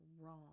wrong